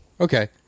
okay